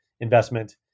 investment